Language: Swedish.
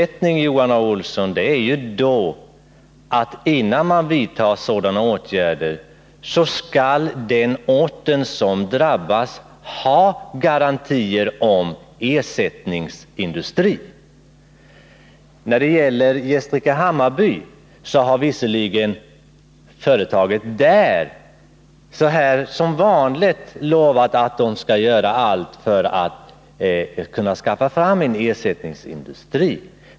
Men en förutsättning är då att innan sådana åtgärder vidtas skall den ort som drabbas ha garantier för ersättningsindustri. Gästrike-Hammarby sulfitfabrik har visserligen lovat att företaget skall göra allt för att skaffa fram en ersättningsindustri.